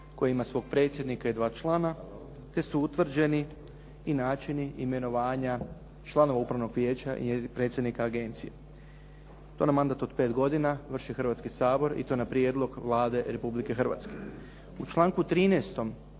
koje ima svog predsjednika i dva člana, te su utvrđeni i način imenovanja članova Upravnog vijeća i predsjednika agencije. To na mandat od pet godina vrši Hrvatski sabor i to na prijedlog Vlade Republike Hrvatske. U članku 13.